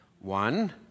One